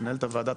מנהלת הוועדה,